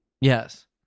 Yes